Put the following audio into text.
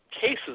cases